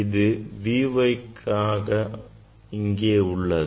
இது Vy க்கான இங்கே உள்ளது